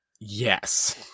Yes